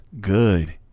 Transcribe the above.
good